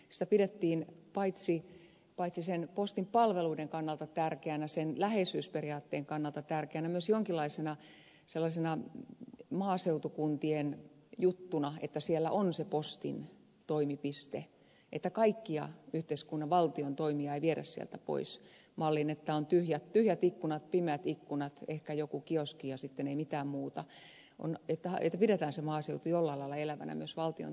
sitä pidettiin paitsi postin palveluiden kannalta tärkeänä sen läheisyysperiaatteen kannalta tärkeänä myös jonkinlaisena maaseutukuntien juttuna että siellä on se postin toimipiste että kaikkia yhteiskunnan valtion toimia ei viedä sieltä pois malliin että on tyhjät ikkunat pimeät ikkunat ehkä joku kioski ja sitten ei mitään muuta että pidetään se maaseutu jollain lailla elävänä myös valtion toimesta